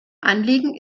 anliegen